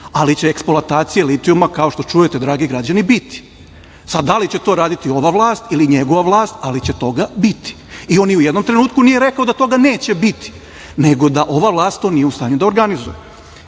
ali će eksploatacije litijuma, kao što čujete, dragi građani, biti. Sad da li će to raditi ova vlast ili njegova vlast, ali će toga biti. On ni u jednom trenutku nije rekao da toga neće biti, nego da ova vlast to nije u stanju da organizuje. Sad